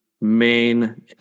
main